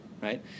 right